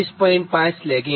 5 legging છે